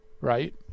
Right